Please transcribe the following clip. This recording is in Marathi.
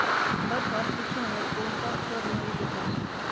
सरकार शिक्षण वर कोणताच कर नही लेतस